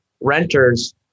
Renters